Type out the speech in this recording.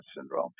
Syndrome